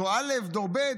דור א', דור ב',